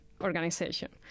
organization